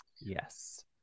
Yes